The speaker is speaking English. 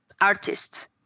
artists